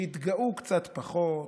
שיתגאו קצת פחות,